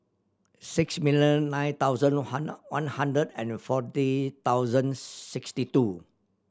six million nine thousand one hundred and fourteen thousand sixty two